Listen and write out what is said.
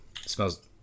Smells